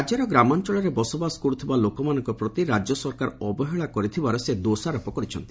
ରାଜ୍ୟର ଗ୍ରାମାଞ୍ଚଳରେ ବସବାସ କରୁଥିବା ଲୋକମାନଙ୍କ ପ୍ରତି ରାଜ୍ୟ ସରକାର ଅବହେଳା କରିଥିବାର ସେ ଦୋଷାରୋପ କରିଛନ୍ତି